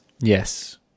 Yes